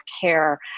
care